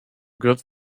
good